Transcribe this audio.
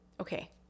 Okay